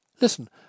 Listen